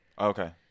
okay